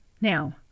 Now